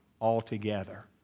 altogether